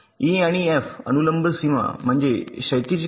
E आणि F अनुलंब सीमा म्हणजे क्षैतिज किनार